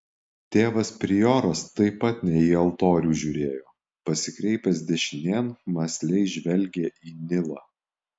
tėvas prioras taip pat ne į altorių žiūrėjo pasikreipęs dešinėn mąsliai žvelgė į nilą